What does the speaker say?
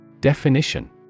Definition